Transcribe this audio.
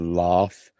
laugh